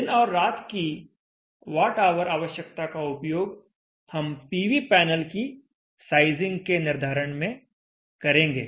दिन और रात की वाट आवर आवश्यकता का उपयोग हम पीवी पैनल की साइजिंग के निर्धारण में करेंगे